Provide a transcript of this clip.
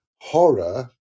horror